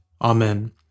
Amen